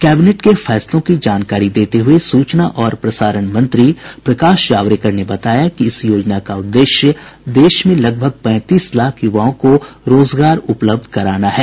cabinet के फैसलों की जानकारी देते हुये सूचना और प्रसारण मंत्री प्रकाश जावड़ेकर ने बताया कि इस योजना का उद्देश्य देश में लगभग पैंतीस लाख युवाओं को रोजगार उपलब्ध कराना है